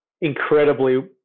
incredibly